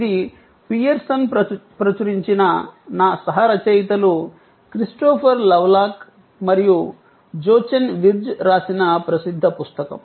ఇది పియర్సన్ ప్రచురించిన నా సహ రచయితలు క్రిస్టోఫర్ లవ్లాక్ మరియు జోచెన్ విర్ట్జ్ రాసిన ప్రసిద్ధ పుస్తకం